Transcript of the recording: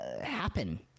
happen